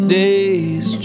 days